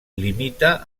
limita